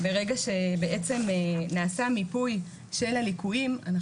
ברגע שבעצם נעשה מיפוי של הליקויים אנחנו